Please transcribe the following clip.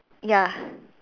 ya